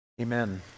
amen